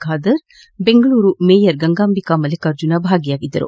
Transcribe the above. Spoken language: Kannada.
ಖಾದರ್ ಬೆಂಗಳೂರು ಮೇಯರ್ ಗಂಗಾಬಿಕ ಮಲ್ಲಿಕಾರ್ಜುನ ಭಾಗಿಯಾಗಿದ್ದರು